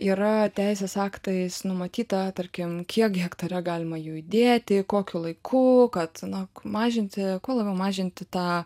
yra teisės aktais numatyta tarkim kiek hektare galima judėti kokiu laiku kad na mažinti kuo labiau mažinti tą